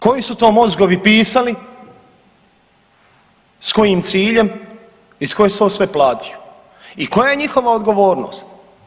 Koji su to mozgovi pisali, s kojim ciljem i tko je to sve platio i koja je njihova odgovornost?